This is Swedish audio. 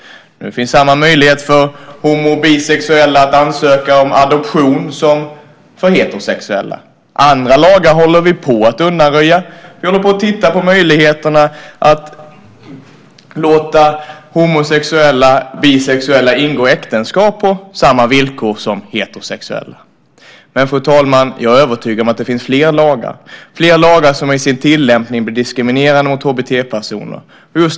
Nu finns samma möjlighet för homosexuella och bisexuella som för heterosexuella att ansöka om adoption. Andra lagar håller vi på att undanröja. Bland annat tittar vi på möjligheterna att låta homosexuella och bisexuella ingå äktenskap på samma villkor som heterosexuella. Jag är emellertid övertygad om att det finns fler lagar som i sin tillämpning är diskriminerande mot HBT-personer.